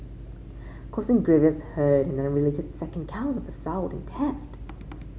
causing grievous hurt an unrelated second count of assault and theft